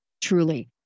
truly